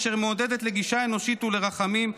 אשר מעודדת לגישה אנושית ולרחמים,